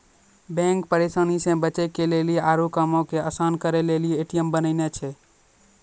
bank परेशानी से बचे के लेली आरु कामो के असान करे के लेली ए.टी.एम बनैने छै